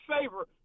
favor